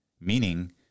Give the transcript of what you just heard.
meaning